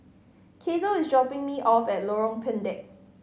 Cato is dropping me off at Lorong Pendek